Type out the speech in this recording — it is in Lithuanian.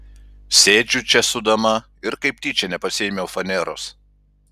sėdžiu čia su dama ir kaip tyčia nepasiėmiau faneros